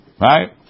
Right